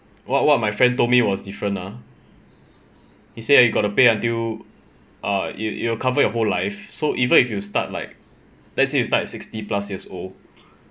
what what my friend told me was different ah he said you gotta pay until uh it'll it'll cover your whole life so even if you start like let's say you start at sixty plus years old